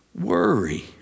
worry